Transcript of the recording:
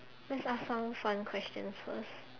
let's ask some fun questions first